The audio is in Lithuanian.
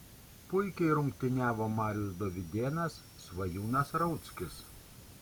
puikiai rungtyniavo marius dovydėnas svajūnas rauckis